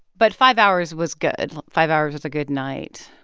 but five hours was good. five hours was a good night.